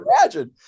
imagine